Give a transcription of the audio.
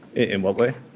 in what way?